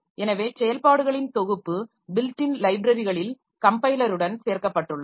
எனவே செயல்பாடுகளின் தொகுப்பு பில்ட் இன் லைப்ரரிகளில் கம்பைலருடன் சேர்க்கப்பட்டள்ளன